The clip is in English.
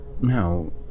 No